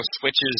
switches